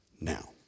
now